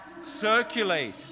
circulate